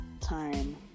time